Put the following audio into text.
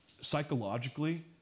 psychologically